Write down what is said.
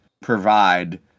provide